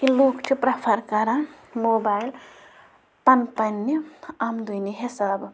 کہِ لُکھ چھِ پرٛٮ۪فَر کَران موبایِل پنٛنہِ پنٛنہِ آمدٲنی حسابہٕ